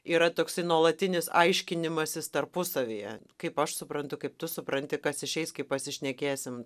yra toksai nuolatinis aiškinimasis tarpusavyje kaip aš suprantu kaip tu supranti kas išeis kai pasišnekėsim